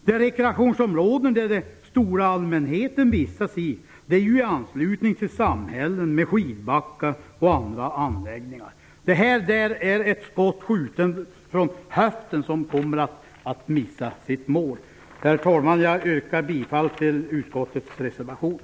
De rekreationsområden som den stora allmänheten vistas i ligger i anslutning till samhällen med skidbackar och andra anläggningar. Det här förslaget är som ett skott skjutet från höften. Det kommer att missa sitt mål. Herr talman! Jag yrkar bifall till reservationen.